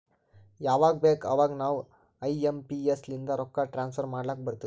ಯವಾಗ್ ಬೇಕ್ ಅವಾಗ ನಾವ್ ಐ ಎಂ ಪಿ ಎಸ್ ಲಿಂದ ರೊಕ್ಕಾ ಟ್ರಾನ್ಸಫರ್ ಮಾಡ್ಲಾಕ್ ಬರ್ತುದ್